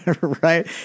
Right